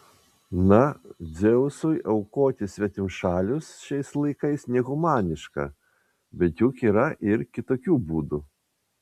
na dzeusui aukoti svetimšalius šiais laikais nehumaniška bet juk yra ir kitokių būdų